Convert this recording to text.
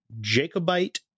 Jacobite